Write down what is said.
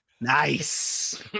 nice